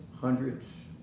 hundreds